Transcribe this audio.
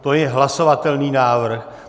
To je hlasovatelný návrh.